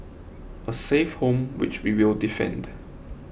a safe home which we will defend